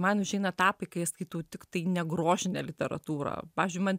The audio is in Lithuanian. man užeina etapai kai aš skaitau tiktai negrožinę literatūrą pavyzdžiui man